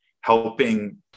helping